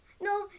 no